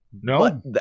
No